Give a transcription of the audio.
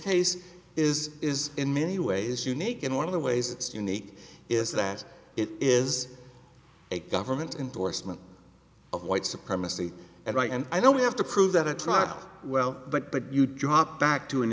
case is is in many ways unique in one of the ways it's unique is that it is a government indorsement of white supremacy and right and i don't have to prove that a trial well but you drop back to an